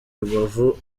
rubavu